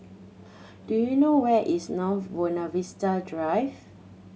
do you know where is North Buona Vista Drive